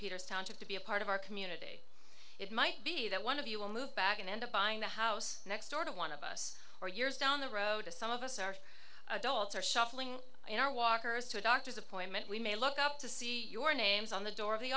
peter's township to be a part of our community it might be that one of you will move back and end up buying the house next door to one of us or years down the road as some of us are adults or shuffling our walkers to a doctor's appointment we may look up to see your names on the door